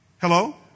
Hello